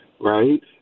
right